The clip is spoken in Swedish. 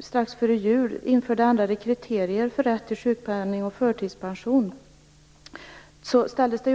Strax före jul införde vi ändrade kriterier för rätt till sjukpenning och förtidspension. I